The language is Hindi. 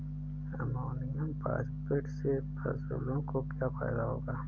अमोनियम सल्फेट से फसलों को क्या फायदा होगा?